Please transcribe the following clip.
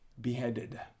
beheaded